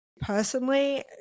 personally –